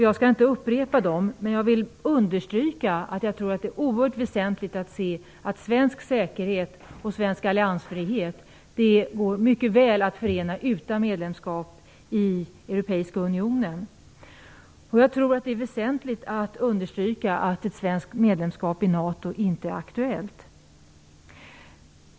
Jag skall inte upprepa dem, men jag tror att det är oerhört väsentligt att se att svensk säkerhet och svensk alliansfrihet mycket väl går att förena utan medlemskap i Europeiska unionen. Jag tror också att det är väsentligt att understryka att ett svenskt medlemskap i NATO inte är aktuellt.